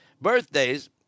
birthdays